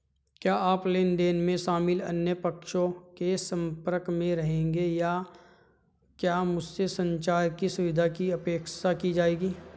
क्या आप लेन देन में शामिल अन्य पक्षों के संपर्क में रहेंगे या क्या मुझसे संचार की सुविधा की अपेक्षा की जाएगी?